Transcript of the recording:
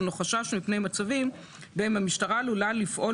הינו חשש מפני מצבים בהם המשטרה עלולה לפעול